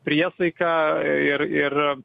priesaiką ir ir